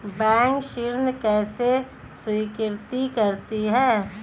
Bank ऋण कैसे स्वीकृत करते हैं?